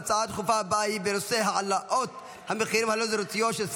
ההצעה הדחופה הבאה היא בנושא: העלאות המחירים הלא-רצויות של